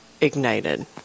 ignited